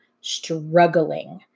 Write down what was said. struggling